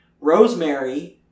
Rosemary